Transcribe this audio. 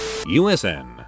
USN